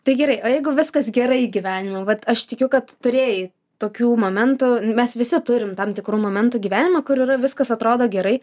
tai gerai o jeigu viskas gerai gyvenime vat aš tikiu kad turėjai tokių momentų mes visi turim tam tikrų momentų gyvenime kur yra viskas atrodo gerai